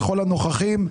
לכל הנוכחים,